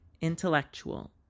Intellectual